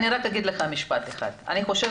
אני רק אגיד לך משפט אחד: קואליציה-אופוזיציה